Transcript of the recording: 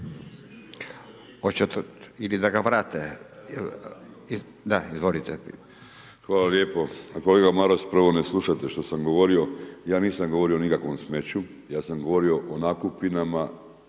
Hvala lijepo. Kolega Maras, prvo ne slušate što sam govorio ja nisam govorio o nikakvom smeću, ja sam govorio o nakupinama,